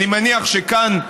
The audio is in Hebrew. אני מניח שכאן,